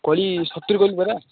କୋଳି ସତୁରୀ କହିଲି ପରା